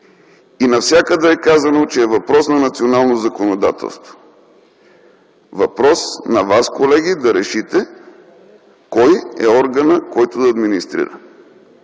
И навсякъде е казано, че е въпрос на национално законодателство – въпрос на вас, колеги, да решите кой е органът, който администрира.